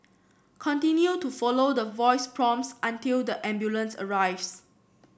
continue to follow the voice prompts until the ambulance arrives